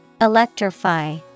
Electrify